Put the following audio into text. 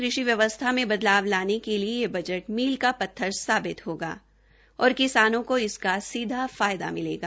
कृषि व्यवस्था में बदलाव लाने के लिए यह बजट मील का पत्थर साबित होगा और किसानों को इसका सीधा लाभ मिलेगा